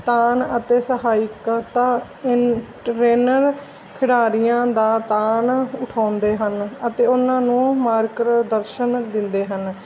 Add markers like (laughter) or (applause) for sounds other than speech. ਤਾਨ ਅਤੇ ਸਹਾਇਕਾ (unintelligible) ਟਰੇਨਰ ਖਿਡਾਰੀਆਂ ਦਾ ਤਾਨ ਉਠਾਉਂਦੇ ਹਨ ਅਤੇ ਉਹਨਾਂ ਨੂੰ ਮਾਰਕ ਦਰਸ਼ਨ ਦਿੰਦੇ ਹਨ